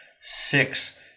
six